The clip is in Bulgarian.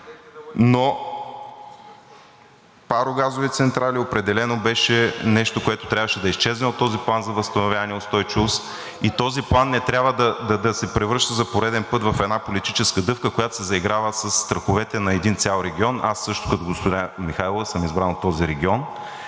Но парогазови централи определено беше нещо, което трябваше да изчезне от този План за възстановяване и устойчивост и този план не трябва да се превръща за пореден път в една политическа дъвка, която се заиграва със страховете на един цял регион. Аз също като госпожа Михайлова съм избран от този регион